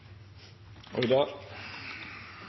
var mulig. Vi